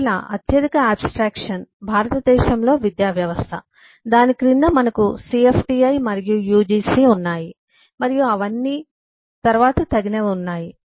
మరలా అత్యధిక అబ్స్ట్రక్షన్ భారతదేశంలో విద్యావ్యవస్థ దాని క్రింద మనకు సిఎఫ్టిఐ మరియు యుజిసి ఉన్నాయి మరియు అవన్నీ మరియు తరువాత తగినవి ఉన్నాయి